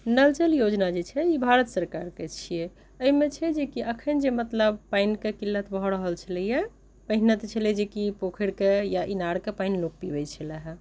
नल जल योजना जे छै ई भारत सरकारके छियै एहिमे छै जे कि एखन जे मतलब पानिके किल्लत भऽ रहल छलैए पहिने तऽ छलै जे कि पोखरिके या इनारके पानि लोक पीबैत छलए हे